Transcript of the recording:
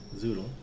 zoodle